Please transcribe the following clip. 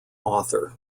author